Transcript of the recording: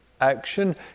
action